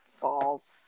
False